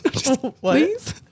Please